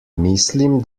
mislim